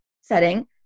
setting